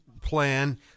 plan